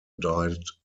died